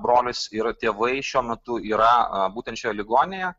brolis ir tėvai šiuo metu yra būtent šioj ligoninėje